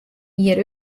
jier